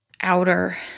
outer